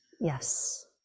Yes